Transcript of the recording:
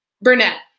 Burnett